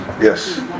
Yes